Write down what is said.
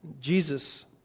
Jesus